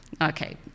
okay